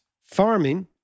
farming